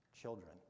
children